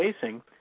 facing